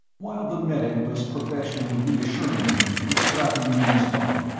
while the medic was professionally reassuring him and strapping him in his bunk,